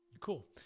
cool